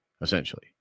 essentially